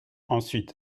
ensuite